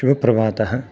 सुप्रभातम्